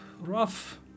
rough